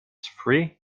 three